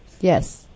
Yes